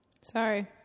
Sorry